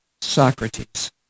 Socrates